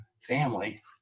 family